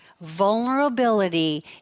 Vulnerability